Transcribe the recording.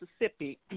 Mississippi